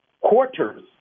quarters